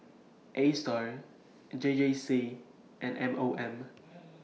ASTAR and J J C and M O M